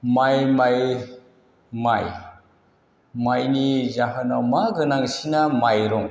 माइ माइ माइ माइनि जाहोनाव मा गोनांसिना माइरं